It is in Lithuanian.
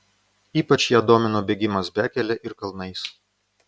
ypač ją domino bėgimas bekele ir kalnais